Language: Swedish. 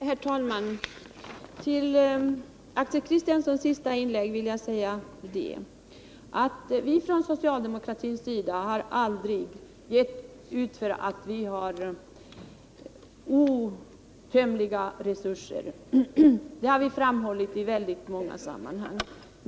Herr talman! Med anledning av Axel Kristianssons senaste inlägg vill jag säga att vi från socialdemokratins sida aldrig har gett oss ut för att ha outtömliga resurser. Det har vi framhållit i väldigt många sammanhang.